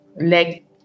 leg